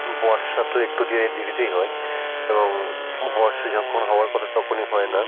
বর্ষা তো একটু দেরিতেই হয় এবং বর্ষা যখন হওয়ার কথা তখনই হয় না